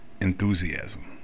enthusiasm